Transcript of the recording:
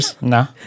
No